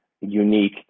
unique